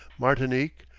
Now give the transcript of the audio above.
martinique,